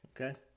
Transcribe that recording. Okay